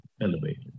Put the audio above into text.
elevated